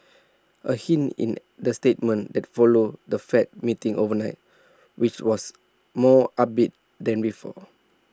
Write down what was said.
A hint in the statement that followed the fed meeting overnight which was more upbeat than before